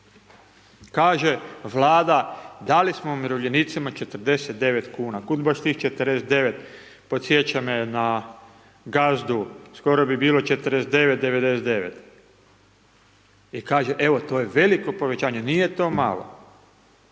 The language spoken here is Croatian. Kaže Vlada dali smo umirovljenicima 49 kuna, kud baš tih 49, podsjeća me na Gazdu, skoro bi bilo 49,99. I kaže evo to je veliko povećanje, nije to malo.